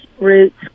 roots